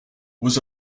was